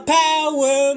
power